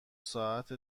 ساعت